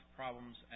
problems